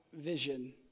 vision